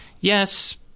Yes